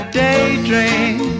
daydream